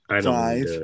Five